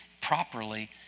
properly